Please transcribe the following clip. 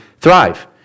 thrive